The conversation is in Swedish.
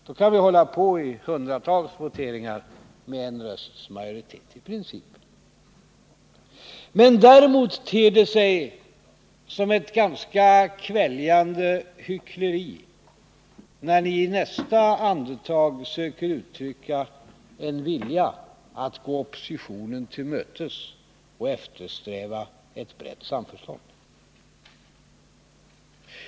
Då kan vi hålla på i hundratals voteringar med i princip en rösts majoritet. Däremot ter det sig som ett ganska kväljande hyckleri när ni i nästa andetag söker uttrycka en vilja att gå oppositionen till mötes och eftersträva ett brett samförstånd.